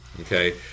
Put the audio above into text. Okay